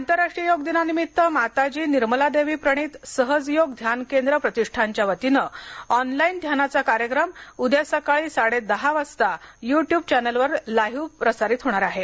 आंतरराष्ट्रीय योग दिनानिमित्त माताजी निर्मलादेवी प्रणीत सहजयोग ध्यान केंद्र प्रतिष्ठानघ्या वतीनं ऑनलाइन ध्यानाचा कार्यक्रम उद्या सकाळी साडेदहा वाजता यूट्यूब चॅनेलवर लाइव्ह प्रसारित होणार असून